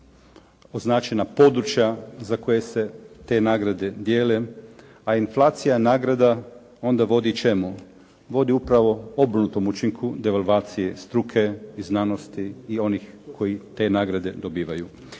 označena područja za koje se te nagrade dijele, a inflacija nagrada onda vodi čemu, vodi upravo obrnutom učinku, devalvacije struke i znanosti i onih koji te nagrade dobivaju.